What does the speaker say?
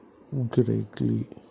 గ్రేక్లీ